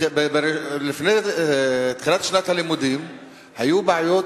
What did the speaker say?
לפני תחילת שנת הלימודים היו בעיות